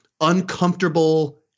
uncomfortable